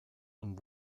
und